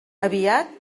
aviat